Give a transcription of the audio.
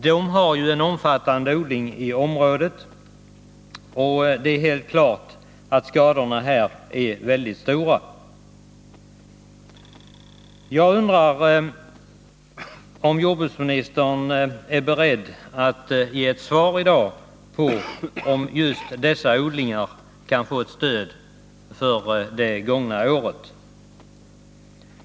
De odlas ju i stor omfattning i området, och det är helt klart att skadorna är mycket stora. Jag undrar: Är jordbruksministern beredd att ge ett besked i dag om just dessa odlingar kan få ett stöd för det gångna året?